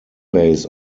base